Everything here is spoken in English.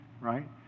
right